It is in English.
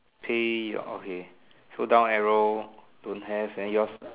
pay your okay so down arrow don't have then yours